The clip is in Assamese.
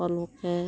সকলোকে